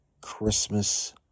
Christmas